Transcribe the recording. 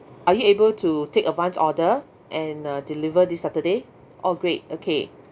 are you able to take advance order and uh deliver this saturday orh great okay